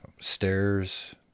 stairs